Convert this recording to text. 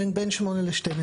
זאת אומרת בין 8% ל-12%.